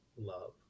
Love